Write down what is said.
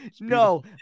No